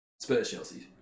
Spurs-Chelsea